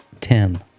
tim